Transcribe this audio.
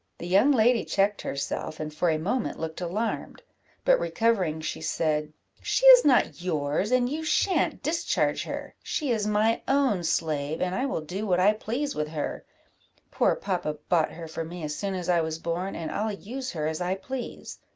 the young lady checked herself, and for a moment looked alarmed but recovering, she said she is not yours, and you sha'n't discharge her she is my own slave, and i will do what i please with her poor papa bought her for me, as soon as i was born, and i'll use her as i please.